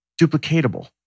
duplicatable